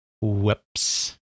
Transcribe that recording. Whoops